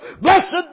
blessed